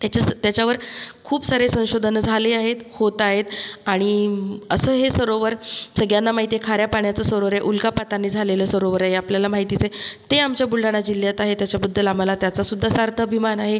त्याच्या स त्याच्यावर खूप सारे संशोधनं झाली आहेत होत आहेत आणि असं हे सरोवर सगळ्यांना माहीत आहे खाऱ्या पाण्याचं सरोवर आहे उल्कापाताने झालेलं सरोवर आहे हे आपल्याला माहितीच आहे ते आमच्या बुलढाणा जिल्ह्यात आहे त्याच्याबद्दल आम्हाला त्याचासुद्धा सार्थ अभिमान आहे